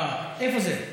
איפה זה?